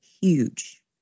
huge